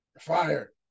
Fire